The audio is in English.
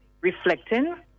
reflecting